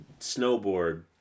Snowboard